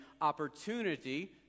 opportunity